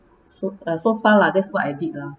so uh so far lah that's what I did lah